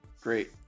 Great